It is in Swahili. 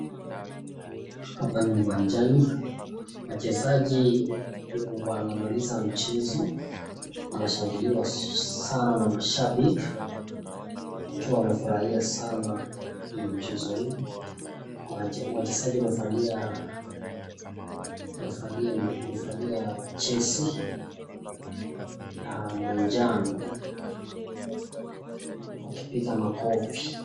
Hapa ni uwanjani. Wachezaji wanamaliza mchezo. Wanashangiliwa sana na mashabiki, wakiwa wamefurahia sana na chezo huu. Wachezaji wamevalia jezi na manjano wakipiga makofi.